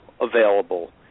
available